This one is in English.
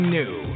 new